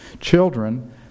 Children